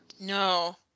No